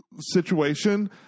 situation